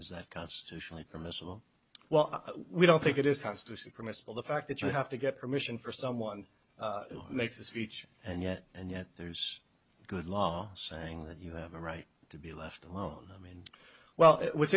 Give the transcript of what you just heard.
is that constitutionally permissible well we don't think it is constitutionally permissible the fact that you have to get permission for someone makes a speech and yet and yet there's a good law saying that you have a right to be left alone i mean well what's